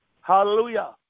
Hallelujah